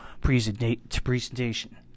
presentation